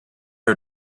are